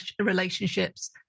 relationships